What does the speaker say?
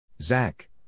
Zach